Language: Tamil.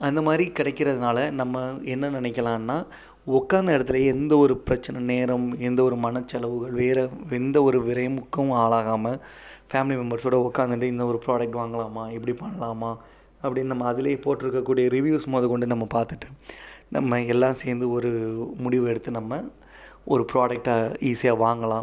அந்தமாதிரி கிடைக்குறதுனால நம்ம என்ன நினைக்கலாம்னா உட்காந்த இடத்துலயே எந்த ஒரு பிரச்சனை நேரம் எந்த ஒரு மனச்செலவு வேறே எந்த ஒரு விரயமுக்கும் ஆளாகாமல் ஃபேமிலி மெம்பர்ஸோடு உட்காந்துட்டு இந்த ஒரு ப்ராடெக்ட் வாங்கலாமா இப்படி பண்ணலாமா அப்படினு நம்ம அதிலியே போட்டிருக்கக்கூடிய ரிவியூஸ் மொதல்கொண்டு நம்ம பார்த்துட்டு நம்ம எல்லாம் சேர்ந்து ஒரு முடிவு எடுத்து நம்ம ஒரு ப்ராடெக்ட்டை ஈஸியாக வாங்கலாம்